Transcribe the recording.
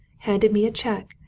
handed me a cheque,